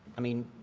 i mean,